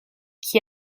qui